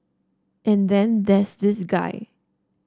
and then there's this guy